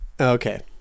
Okay